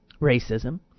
racism